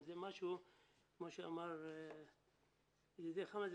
זה כמו שאמר ידידי חמד,